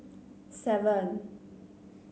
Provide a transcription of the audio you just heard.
seven